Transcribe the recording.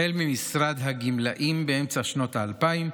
החל ממשרד הגמלאים באמצע שנות האלפיים,